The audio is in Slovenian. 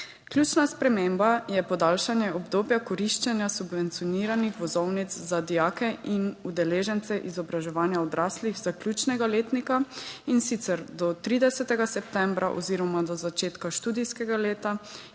Ključna sprememba je podaljšanje obdobja koriščenja subvencioniranih vozovnic za dijake in udeležence izobraževanja odraslih zaključnega letnika, in sicer do 30. septembra oziroma do začetka študijskega leta